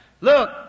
Look